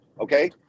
Okay